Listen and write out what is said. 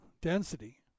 density